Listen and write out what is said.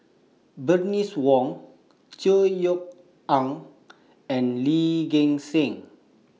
Bernice Wong Chor Yeok Eng and Lee Gek Seng